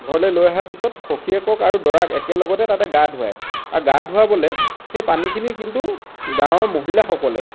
ঘৰলৈ লৈ অহাৰ পিছত সখীয়েকক আৰু দৰাক একে লগতে তাতে গা ধোৱায় আৰু গা ধোৱাবলৈ সেই পানীখিনি কিন্তু গাঁৱৰ মহিলাসকলে